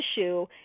issue